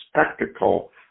spectacle